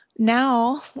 Now